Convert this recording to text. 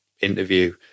interview